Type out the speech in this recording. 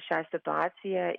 šią situaciją